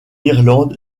irlande